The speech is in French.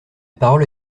parole